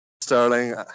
Sterling